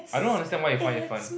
I don't understand why you find it fun